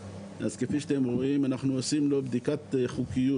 אז כפי שאתם רואים אנחנו עושים לו בדיקת חוקיות.